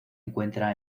encuentra